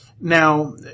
Now